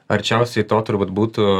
arčiausiai to turbūt būtų